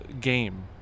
game